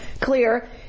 clear